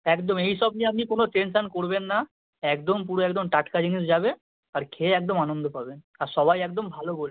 একদম এই সব নিয়ে আপনি কোনো টেনশান করবেন না একদম পুরো একদম টাটকা জিনিস যাবে আর খেয়ে একদম আনন্দ পাবেন আর সবাই একদম ভালো বলবে